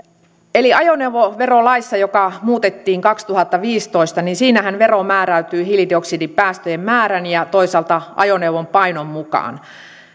ajoneuvoverolaissahan joka muutettiin kaksituhattaviisitoista vero määräytyy hiilidioksidipäästöjen määrän ja toisaalta ajoneuvon painon mukaan